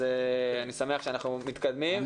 אז אני שמח שאנחנו מתקדמים.